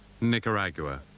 Nicaragua